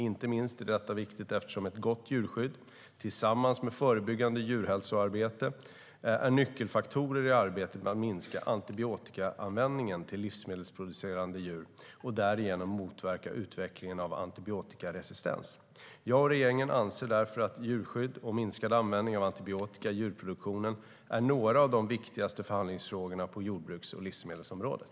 Inte minst är detta viktigt eftersom ett gott djurskydd, tillsammans med förebyggande djurhälsoarbete, är nyckelfaktorer i arbetet med att minska antibiotikaanvändningen till livsmedelsproducerande djur och därigenom motverka utvecklingen av antibiotikaresistens. Jag och regeringen anser därför att djurskydd och minskad användning av antibiotika i djurproduktionen är några av de viktigaste förhandlingsfrågorna på jordbruks och livsmedelsområdet.